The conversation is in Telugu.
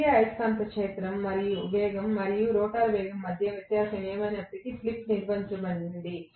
తిరిగే అయస్కాంత క్షేత్ర వేగం మరియు రోటర్ వేగం మధ్య వ్యత్యాసం ఏమైనప్పటికీ స్లిప్ నిర్వచించబడింది